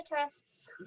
tests